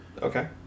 Okay